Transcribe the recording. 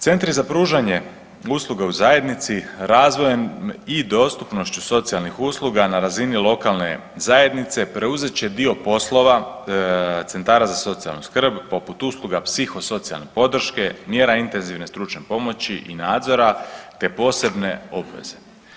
Centri za pružanje usluga u zajednici razvojem i dostupnošću socijalnih usluga na razini lokalne zajednice preuzet će dio poslova centara za socijalnu skrb, poput usluga psihosocijalne podrške, mjera intenzivne stručne pomoći i nadzora te posebne obveze.